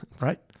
right